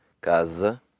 casa